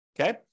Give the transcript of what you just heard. Okay